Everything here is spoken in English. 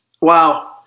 Wow